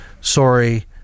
sorry